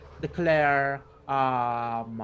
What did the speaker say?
declare